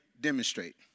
demonstrate